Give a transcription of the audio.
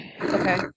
Okay